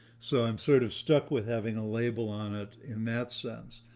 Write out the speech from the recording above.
so i'm sort of stuck with having a label on it in that sense.